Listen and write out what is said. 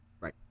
Right